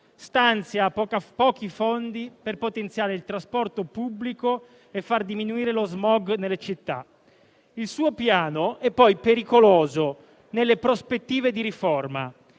stanzia pochi fondi per potenziare il trasporto pubblico e far diminuire lo smog nelle città. Il suo Piano è poi pericoloso nelle prospettive di riforma: